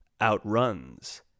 outruns